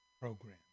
program